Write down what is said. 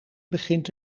begint